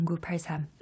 0983